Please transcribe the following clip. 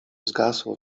zgasło